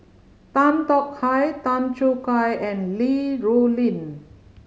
Tan Tong Hye Tan Choo Kai and Li Rulin